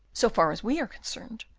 so far as we are concerned,